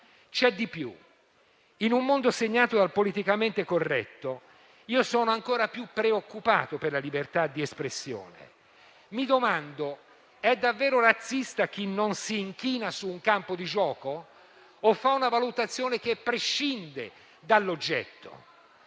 C'è di più: in un mondo segnato dal politicamente corretto, sono ancora più preoccupato per la libertà di espressione. Mi domando se sia davvero razzista chi non si inchina su un campo di gioco o se faccia una valutazione che prescinde dall'oggetto.